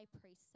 priest